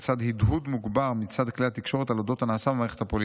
לצד הדהוד מוגבר מצד כלי התקשורת על אודות הנעשה במערכת הפוליטית.